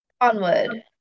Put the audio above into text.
Onward